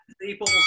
people